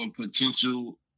potential